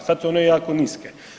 Sad su one jako niske.